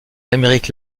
amérique